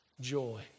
joy